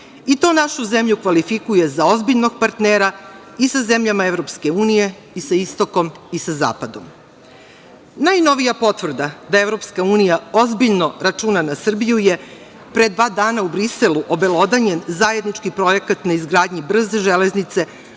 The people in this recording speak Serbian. To našu zemlju kvalifikuje za ozbiljnog partnera i sa zemljama EU, i sa istokom, i sa zapadom. Najnovija potvrda da EU ozbiljno računa na Srbiju je pre dva dana u Briselu obelodanjen zajednički projekat na izgradnji brze železnice